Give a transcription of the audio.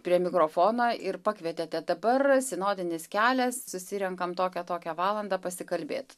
prie mikrofono ir pakvietėte dabar sinodinis kelias susirenkam tokią tokią valandą pasikalbėt